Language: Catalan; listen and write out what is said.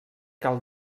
cal